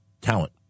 talent